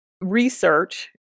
research